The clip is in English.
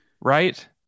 right